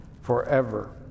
forever